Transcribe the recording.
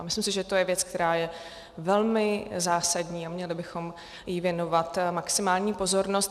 Myslím si, že to je věc, která je velmi zásadní, a měli bychom jí věnovat maximální pozornost.